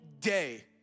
day